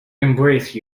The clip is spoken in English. embrace